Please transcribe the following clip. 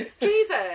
Jesus